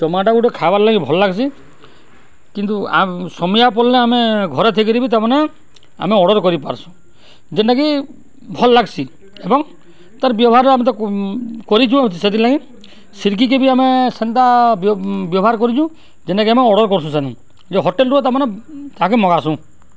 tomato ଗୋଟେ ଖାଇବାର୍ ଲାଗି ଭଲ ଲାଗ୍ସି କିନ୍ତୁ ସମୟ ପଡ଼ିଲେ ଆମେ ଘରେ ଥଇକିରି ବି ତାମାନେ ଆମେ ଅର୍ଡ଼ର କରିପାର୍ସୁଁ ଯେନ୍ଟାକି ଭଲ୍ ଲାଗ୍ସି ଏବଂ ତାର ବ୍ୟବହାରରେ ଆମେ ତ କରିଚୁ ସେଥିର୍ଲାଗି ସିର୍କିକି ବି ଆମେ ସେନ୍ତା ବ୍ୟବହାର କରିଚୁ ଯେନ୍ଟାକି ଆମେ ଅର୍ଡ଼ର କରୁସୁ ସେନୁଁ ଯେ ହୋଟେଲରୁ ତାମାନେ ଆଗେ ମଗାସୁଁ